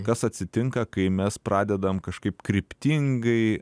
kas atsitinka kai mes pradedam kažkaip kryptingai